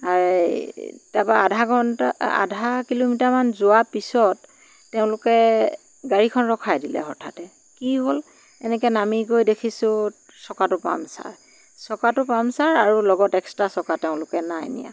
তাৰপৰা আধা ঘণ্টা আধা কিলোমিটাৰ মান যোৱাৰ পিছত তেওঁলোকে গাড়ীখন ৰখাই দিলে হঠাতে কি হ'ল এনেকৈ নামি গৈ দেখিছোঁ চকাটো পামচাৰ চকাটো পামচাৰ আৰু লগত এক্সট্ৰা চকা তেওঁলোকে নাই নিয়া